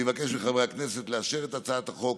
אני מבקש מחברי הכנסת לאשר את הצעת החוק